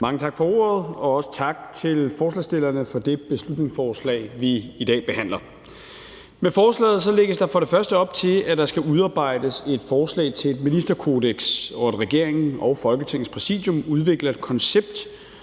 Mange tak for ordet, og også tak til forslagsstillerne for det beslutningsforslag, vi i dag behandler. Med forslaget lægges der for det første op til, at der skal udarbejdes et forslag til et ministerkodeks, og at regeringen og Folketingets Præsidium udvikler et koncept